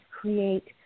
create